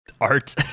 Art